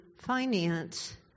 finance